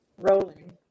rolling